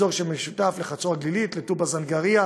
אזור שמשותף לחצור הגלילית ולטובא זנגרייה,